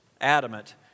adamant